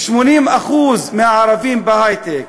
80% מהערבים בהיי-טק.